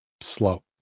slope